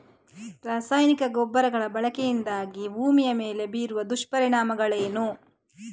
ರಾಸಾಯನಿಕ ಗೊಬ್ಬರಗಳ ಬಳಕೆಯಿಂದಾಗಿ ಭೂಮಿಯ ಮೇಲೆ ಬೀರುವ ದುಷ್ಪರಿಣಾಮಗಳೇನು?